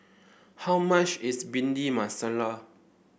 how much is Bhindi Masala